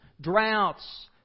droughts